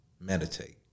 meditate